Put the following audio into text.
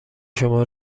شما